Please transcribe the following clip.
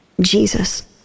jesus